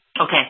Okay